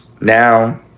now